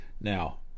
now